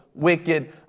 wicked